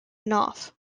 knopf